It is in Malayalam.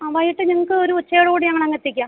ആ വയ്യിട്ട് നിങ്ങൾക്ക് ഒരു ഉച്ചയോട് കൂടി ഞങ്ങൾ അങ്ങെത്തിക്കാം